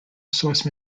source